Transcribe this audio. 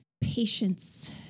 Patience